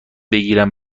بگیرم